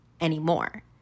anymore